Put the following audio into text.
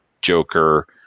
Joker